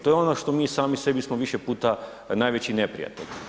To je ono što mi sami sebi smo više puta najveći neprijatelji.